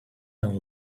and